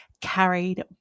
carried